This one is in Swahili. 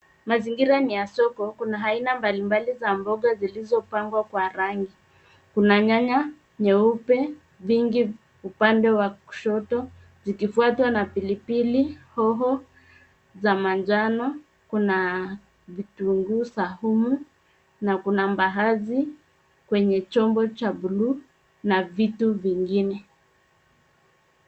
Mazingira ni ya soko, kuna aina mbalimbali za mboga zilizo pangwa kwa rangi. Kuna nyanya nyeupe vingi upande wa kushoto zikifwata na pilipili hoho za manjano, kuna vitunguu saumu na kuna mbaazi kwenye chombo cha bluu na vitu vingine.